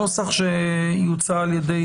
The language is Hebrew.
הנוסח שיוצע על ידי